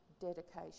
dedication